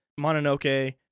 Mononoke